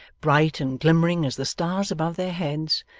bright and glimmering as the stars above their heads,